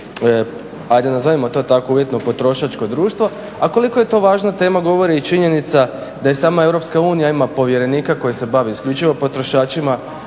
ajde nazovimo to tako uvjetno potrošačko društvo, a koliko je to važna tema govori i činjenica da i sama EU ima povjerenika koji se bavi isključivo potrošačima